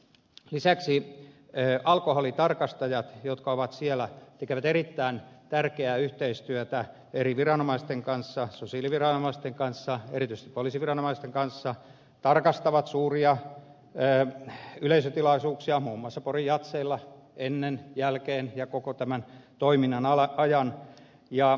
lisäksi alkoholitarkastajat jotka ovat siellä tekevät erittäin tärkeää yhteistyötä eri viranomaisten kanssa sosiaaliviranomaisten kanssa erityisesti poliisiviranomaisten kanssa tarkastavat suuria yleisötilaisuuksia muun muassa pori jazzin ennen jälkeen ja koko tämän toiminnan ajan